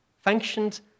functioned